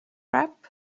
rap